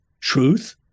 truth